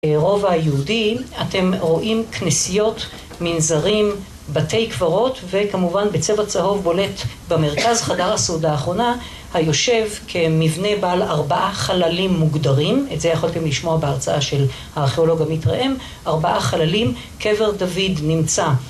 רובע היהודי אתם רואים כנסיות מנזרים בתי קברות וכמובן בצבע צהוב בולט במרכז חדר הסעודה האחרונה היושב כמבנה בעל ארבעה חללים מוגדרים את זה יכולתם לשמוע בהרצאה של הארכיאולוג המתרעם ארבעה חללים קבר דוד נמצא